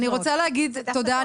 אני רוצה להגיד תודה.